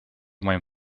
моем